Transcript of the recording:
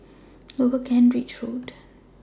Lower Kent Ridge Road